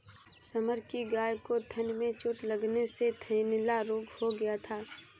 summer की गाय को थन में चोट लगने से थनैला रोग हो गया था